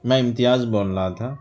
میں امتیاز بول رہا تھا